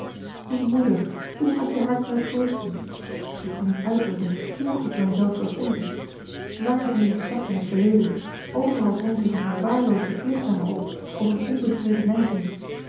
en moeder hoe hadt je haar kunnen troosten ik kan niet uitdrukken hoe ik mijzelf verfoeide wààrheen ik zag in het verleden overal drong zich een verwaarloosde plicht aan mij op of een onbestreden neiging